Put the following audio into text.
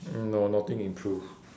no nothing improve